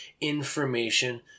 Information